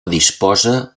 disposa